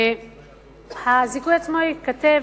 הזיכוי עצמו ייכתב,